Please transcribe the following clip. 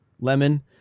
lemon